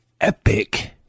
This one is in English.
epic